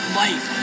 life